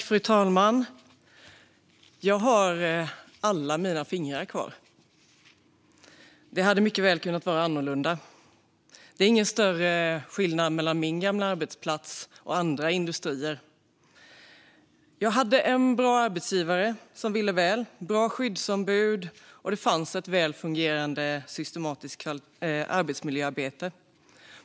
Fru talman! Jag har alla mina fingrar kvar. Det hade mycket väl kunnat vara annorlunda. Det är ingen skillnad mellan min gamla arbetsplats och andra industrier. Jag hade en bra arbetsgivare som ville väl och bra skyddsombud, och det fanns ett väl fungerande systematiskt arbetsmiljöarbete.